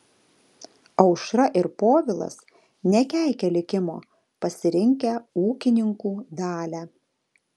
aušra ir povilas nekeikia likimo pasirinkę ūkininkų dalią